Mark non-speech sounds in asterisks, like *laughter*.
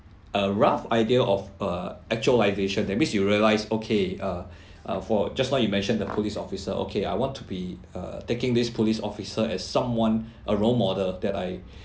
a rough idea of a actualisation that means you realise okay uh *breath* uh for just now you mentioned the police officer okay I want to be err taking this police officer as someone *breath* a role model that I *breath*